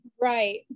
Right